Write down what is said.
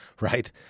right